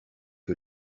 que